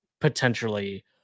potentially